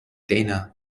dana